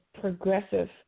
progressive